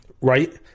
Right